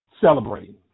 celebrating